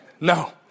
No